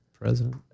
president